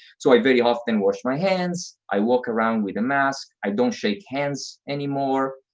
so i very often wash my hands, i walk around with a mask, i don't shake hands anymore,